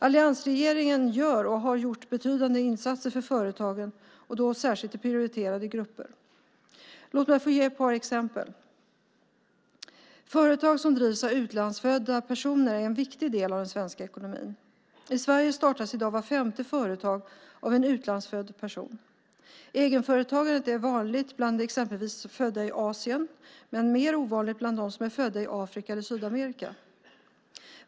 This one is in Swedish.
Alliansregeringen gör och har gjort betydande insatser för företagen, särskilt i prioriterade grupper. Låt mig få ge ett par exempel. Företag som drivs av utlandsfödda personer är en viktig del av den svenska ekonomin. I Sverige startas i dag vart femte företag av en utlandsfödd person. Egenföretagandet är vanligt exempelvis bland dem som är födda i Asien, men mer ovanligt bland dem som är födda i Afrika eller Sydamerika.